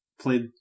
played